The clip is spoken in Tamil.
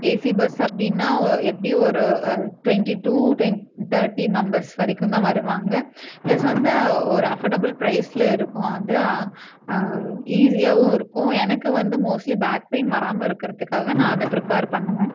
ஏசி பஸ் அப்படின்னா ஒ எப்படியும் ஒரு ட்வெண்ட்டி டு டெ தேர்ட்டி மெம்பர்ஸ் வரைக்கும் தான் வருவாங்க ப்ளஸ் வந்து ஒரு அஃபர்டபிள் ப்ரைஸில் இருக்கும் அது ஈசியாகவும் இருக்கும் எனக்கு வந்து மோஸ்ட்லி பேக் பெய்ன் வராமல் இருக்கிறதுக்காக நான் அதை ப்ரிப்பேர் பண்ணுவேன்